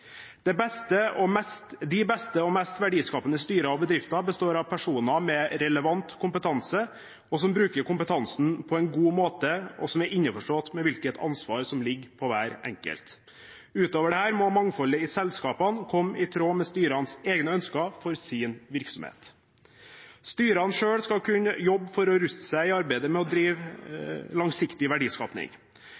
De beste og mest verdiskapende styrer og bedrifter består av personer med relevant kompetanse som bruker kompetansen på en god måte, og som er innforstått med hvilket ansvar som ligger på hver enkelt. Utover dette må mangfoldet i selskapene være i tråd med styrenes egne ønsker for sin virksomhet. Styrene selv skal kunne jobbe for å ruste seg i arbeidet med å drive